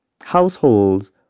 households